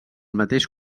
mateix